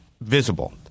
visible